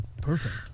Perfect